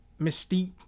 mystique